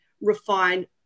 refine